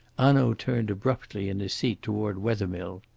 hanaud turned abruptly in his seat toward wethermill.